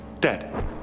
Dead